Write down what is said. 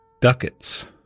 ducats